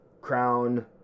Crown